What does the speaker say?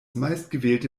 meistgewählte